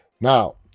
Now